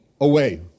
away